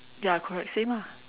ya correct same ah